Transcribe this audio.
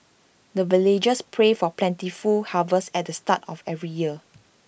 the villagers pray for plentiful harvest at the start of every year